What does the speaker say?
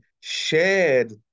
shared